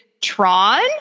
Tron